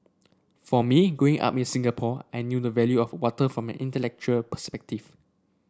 for me Growing Up in Singapore I knew the value of water from an intellectual perspective